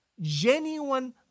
genuine